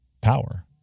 power